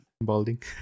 balding